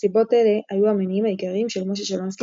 סיבות אלה היו המניעים העיקריים של משה שלונסקי